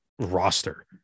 roster